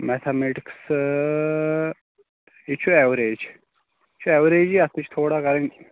mathematics یہِ چھُ average یہِ چھُ ایوٚریجٕےاتھ تہٕ چھُ تھوڑا کَرٕنۍ